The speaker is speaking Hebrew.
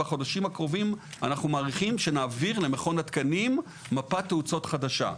אנחנו מעריכים שבחודשים הקרובים נעביר למכון התקנים מפת תאוצות חדשה.